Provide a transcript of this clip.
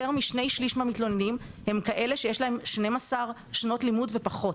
יותר מ-2/3 מהמתלוננים הם כאלה שיש להם 12 שנות לימוד ופחות,